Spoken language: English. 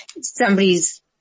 somebody's